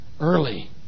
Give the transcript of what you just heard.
early